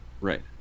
right